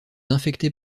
infectés